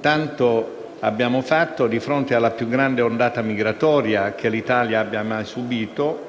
Tanto abbiamo fatto di fronte alla più grande ondata migratoria che l'Italia abbia mai subito: